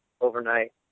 overnight